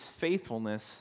faithfulness